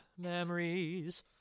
Memories